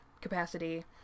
capacity